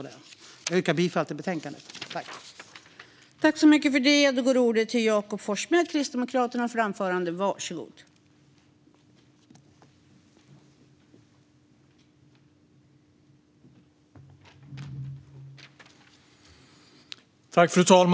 Jag yrkar bifall till utskottets förslag i betänkandet.